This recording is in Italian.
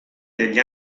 degli